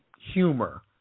humor